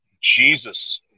Jesus